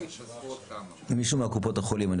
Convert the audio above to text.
בבקשה, מקופות החולים.